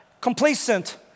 complacent